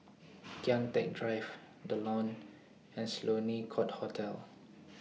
Kian Teck Drive The Lawn and Sloane Court Hotel